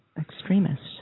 extremists